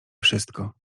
wszystko